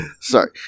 sorry